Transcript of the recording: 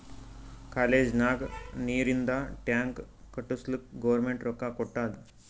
college ನಾಗ್ ನೀರಿಂದ್ tank ಕಟ್ಟುಸ್ಲಕ್ ಗೌರ್ಮೆಂಟ್ ರೊಕ್ಕಾ ಕೊಟ್ಟಾದ್